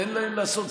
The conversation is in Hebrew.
תן להם לעשות.